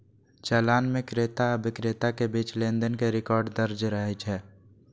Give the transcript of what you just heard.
चालान मे क्रेता आ बिक्रेता के बीच लेनदेन के रिकॉर्ड दर्ज रहै छै